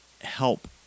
help